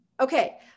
Okay